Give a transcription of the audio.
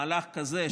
מהלך כזה,